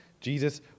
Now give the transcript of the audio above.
Jesus